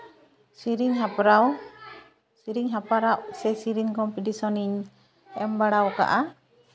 ᱥᱮᱨᱮᱧ ᱦᱮᱯᱨᱟᱣ ᱥᱮᱨᱮᱧ ᱦᱮᱯᱲᱟᱣ ᱥᱮ ᱥᱮᱨᱮᱧ ᱠᱚᱢᱯᱤᱴᱤᱥᱚᱱ ᱤᱧ ᱮᱢ ᱵᱟᱲᱟ ᱠᱟᱜᱼᱟ